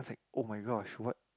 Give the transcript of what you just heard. [oh]-my-gosh what